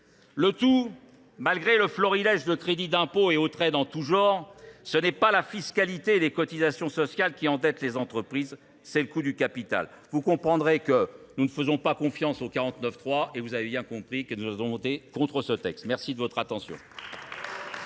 Le tout, malgré le florilège de crédits d'impôts et autres aides en tout genre, ce n'est pas la fiscalité et les cotisations sociales qui endettent les entreprises, c'est le coût du capital. Vous comprendrez que nous ne faisons pas confiance aux 49.3 et vous avez bien compris que nous avons monté contre ce texte. Merci de votre attention.